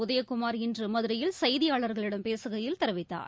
உதயகுமார் இன்று மதுரையில் செய்தியாளர்களிடம் பேசுகையில் தெரிவித்தார்